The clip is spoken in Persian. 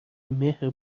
مهر